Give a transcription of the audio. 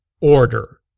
order